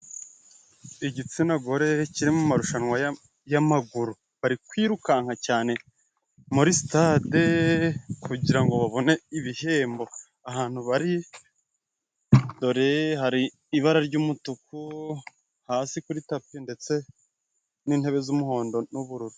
Igitsina gore kiri mu marushanwa y'amaguru, bari kwirukanka cyane muri stade kugira ngo babone ibihembo. Ahantu bari dore hari ibara ry'umutuku hasi kuri tapi ndetse n'intebe z'umuhondo n'ubururu.